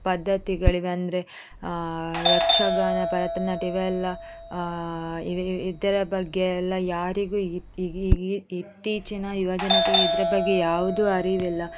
ಪದ್ಧತಿಗಳಿವೆ ಅಂದರೆ ಯಕ್ಷಗಾನ ಭರತನಾಟ್ಯ ಇವೆಲ್ಲ ಇದ ಇದ ಇದರ ಬಗ್ಗೆಯೆಲ್ಲ ಯಾರಿಗೂ ಇತ ಇತ್ತೀಚಿನ ಯುವಜನತೆಗೆ ಇದ್ರ ಬಗ್ಗೆ ಯಾವುದು ಅರಿವಿಲ್ಲ